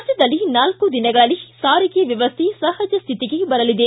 ರಾಜ್ಯದಲ್ಲಿ ನಾಲ್ಕು ದಿನಗಳಲ್ಲಿ ಸಾರಿಗೆ ವ್ಯವಸ್ಥೆ ಸಹಜ ಸ್ಥಿತಿಗೆ ಬರಲಿದೆ